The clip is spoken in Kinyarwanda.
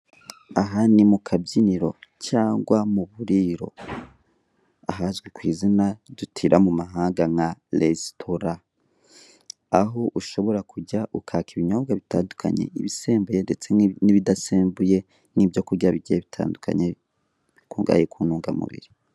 Aha ni mu kabyiniro cyangwa mu buriro ahazwi ku izina dutira mu mahanga nka Restaurant, aho ushobora kujya ukaka ibinyobwa bitandukanye ibisembuye n'ibidasembuye ndetse n'ibyo kurya bigiye bitandukanye bikungahaye ku ntungamubiri.